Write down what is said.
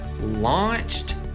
launched